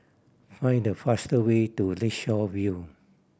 find the faster way to Lakeshore View